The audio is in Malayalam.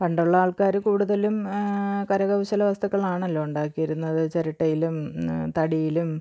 പണ്ടുള്ള ആൾക്കാർ കൂടുതലും കരകൗശല വസ്തുക്കളാണല്ലോ ഉണ്ടാക്കിയിരുന്നത് ചിരട്ടയിലും തടിയിലും